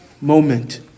moment